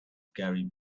gary